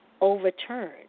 overturned